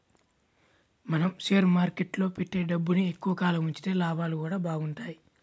మనం షేర్ మార్కెట్టులో పెట్టే డబ్బుని ఎక్కువ కాలం ఉంచితే లాభాలు గూడా బాగుంటయ్